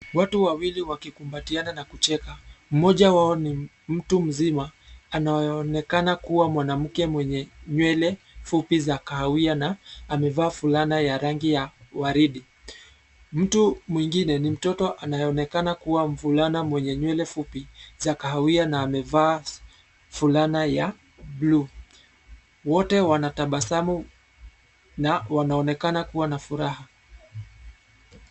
Watu wawili wakikumbatiana na kucheka mmoja wao ni mtu mzima na anayeonekana kuwa mwanamke mwenye nywele fupi za kahawia na amevaa fulana ya rangi ya waridi. Mtu mwingine ni mtoto anayeonekana kuwa mvulana mwenye nywele fupi za kahawia na amevaa fulana ya bluu. Wote wanatabasamu na wanaonekana kuwa na furaha.